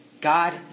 God